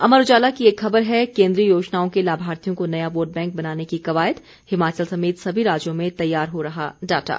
अमर उजाला की एक खबर है केन्द्रीय योजनाओं के लाभार्थियों को नया वोट बैंक बनाने की कवायद हिमाचल समेत सभी राज्यों में तैयार हो रहा डाटा